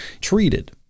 treated